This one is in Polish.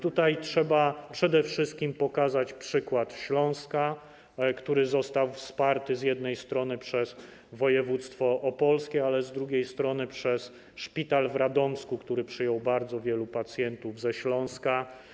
Tutaj trzeba przede wszystkim pokazać przykład Śląska, który został wsparty z jednej strony przez województwo opolskie, a z drugiej strony przez szpital w Radomsku, który przyjął bardzo wielu pacjentów ze Śląska.